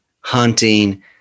hunting